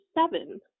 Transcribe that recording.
seven